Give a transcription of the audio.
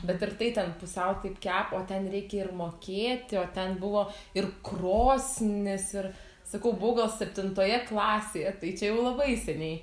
bet ir tai ten pusiau taip kepa o ten reikia ir mokėti o ten buvo ir krosnis ir sakau buvau gal septintoje klasėje tai čia jau labai seniai